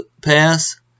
pass